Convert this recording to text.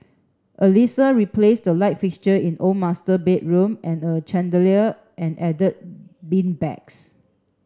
Alissa replaced the light fixture in the old master bedroom and a chandelier and add beanbags